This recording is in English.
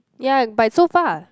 ya by so far